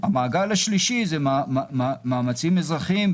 המעגל השלישי זה מאמצים אזרחיים,